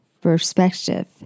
perspective